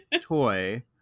toy